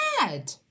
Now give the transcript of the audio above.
mad